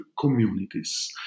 communities